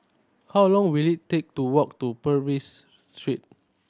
how long will it take to walk to Purvis Street